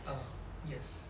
oh yes